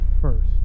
first